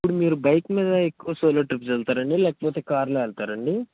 ఇప్పుడు మీరు బైక్ మీద ఎక్కువ సోలో ట్రిప్స్ కి వెళ్తారండి లేకపోతే కార్ లో వెళ్తారండి